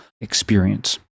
experience